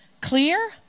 clear